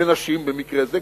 לנשים במקרה זה,